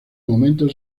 momento